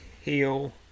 heal